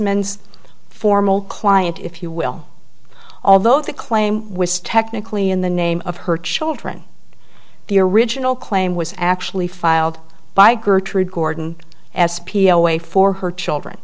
an's formal client if you will although the claim was technically in the name of her children the original claim was actually filed by gertrude gordon s p l way for her children